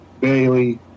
bailey